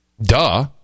Duh